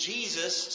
Jesus